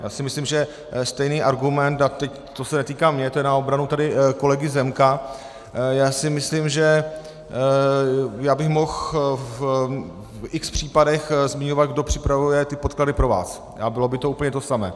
Já si myslím, že stejný argument, a to se netýká mě, to je na obranu tady kolegy Zemka, já si myslím, že já bych mohl v x případech zmiňovat, kdo připravuje ty podklady pro vás, a bylo by to úplně to samé.